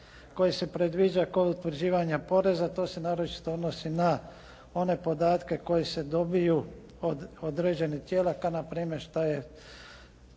koji se predviđa kod utvrđivanja poreza, to se naročito odnosi na one podatke koji se dobiju od određenih tijela, kao na primjer šta je